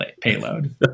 payload